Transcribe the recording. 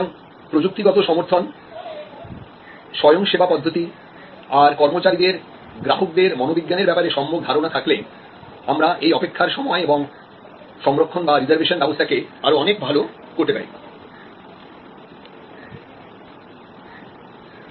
সুতরাং প্রযুক্তিগত সমর্থন স্বয়ং সেবা পদ্ধতি আর কর্মচারীদের গ্রাহকদের মনোবিজ্ঞানের ব্যাপারে সম্যক ধারণা থাকলে আমরা এই অপেক্ষার সময় এবং সংরক্ষণ বা রিজার্ভেশন ব্যবস্থাকে আরো অনেক ভালো করতে পারি